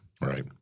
Right